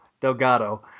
Delgado